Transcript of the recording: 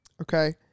Okay